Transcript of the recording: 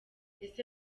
ese